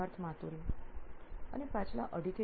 Siddharth Maturi CEO નોઇન electronics અને પાછલા 2